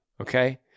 Okay